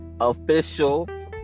official